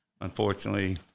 Unfortunately